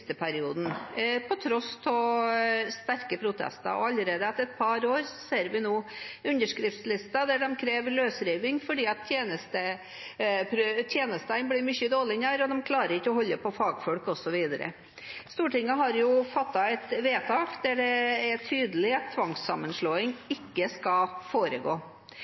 perioden, på tross av sterke protester, og allerede etter et par år ser vi nå underskriftslister der man krever løsriving fordi tjenestene er blitt mye dårligere, de klarer ikke å holde på fagfolk, osv. Stortinget har jo fattet et vedtak der det er tydelig at tvangssammenslåing ikke skal foregå.